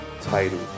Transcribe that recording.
title